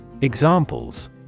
Examples